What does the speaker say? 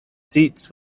seats